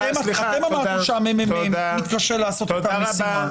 אתם אמרתם שהממ"מ מתקשה לעשות את המשימה.